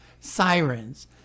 sirens